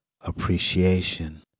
appreciation